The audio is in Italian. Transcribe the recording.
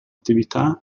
attività